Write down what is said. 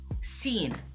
seen